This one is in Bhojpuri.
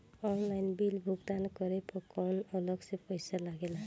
ऑनलाइन बिल भुगतान करे पर कौनो अलग से पईसा लगेला?